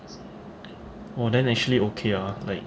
oh then actually okay ah like